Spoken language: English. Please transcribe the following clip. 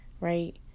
right